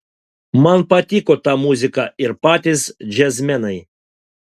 man patiko ta muzika ir patys džiazmenai